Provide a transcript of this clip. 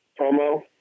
promo